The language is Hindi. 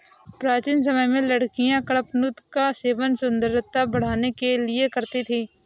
प्राचीन समय में लड़कियां कडपनुत का सेवन सुंदरता बढ़ाने के लिए करती थी